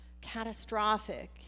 catastrophic